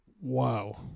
wow